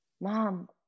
mom